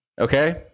Okay